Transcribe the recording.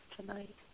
tonight